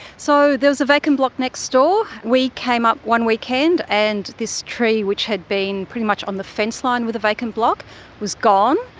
so there was a vacant block next door. we came up one weekend and this tree which had been pretty much on the fence line with the vacant block was gone.